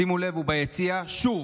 שימו לב, הוא ביציע שוב.